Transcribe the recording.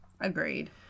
Agreed